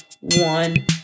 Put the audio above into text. one